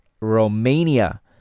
Romania